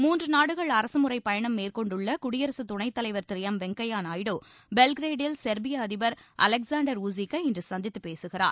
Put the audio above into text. மூன்று நாடுகள் அரசுமுறை பயணம் மேற்கொண்டுள்ள குடியரசுத் துணைத்தலைவர் திரு எம் வொங்கையா நாயுடு பெல்கிரேடில் செர்பிய அதிபர் அலெக்ஸாண்டர் ஊஸிக் கை இன்று சந்தித்து பேசுகிறார்